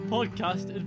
Podcast